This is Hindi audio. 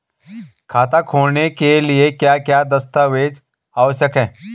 खाता खोलने के लिए क्या क्या दस्तावेज़ आवश्यक हैं?